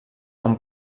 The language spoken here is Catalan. amb